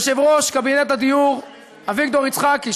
ליושב-ראש קבינט הדיור אביגדור יצחקי,